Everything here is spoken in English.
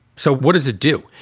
so what does it do?